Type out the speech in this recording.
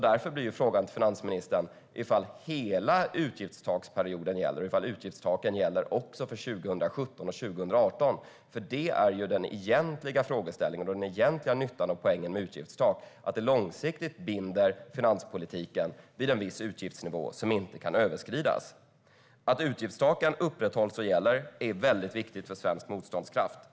Därför blir frågan till finansministern om hela utgiftstaksperioden gäller. Gäller utgiftstaken även för 2017 och 2018? Detta är nämligen den egentliga frågeställningen och den egentliga nyttan och poängen med utgiftstak, det vill säga att det långsiktigt binder finanspolitiken vid en viss utgiftsnivå som inte kan överskridas. Att utgiftstaken upprätthålls och gäller är väldigt viktigt för svensk motståndskraft.